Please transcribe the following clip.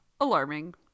Alarming